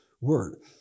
Word